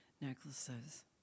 necklaces